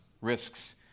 risks